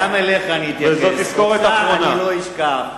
גם אליך אתייחס, חבר הכנסת מולה,